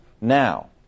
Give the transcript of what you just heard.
now